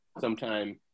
sometime